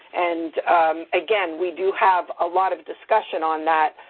and again, we do have a lot of discussion on that.